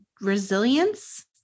resilience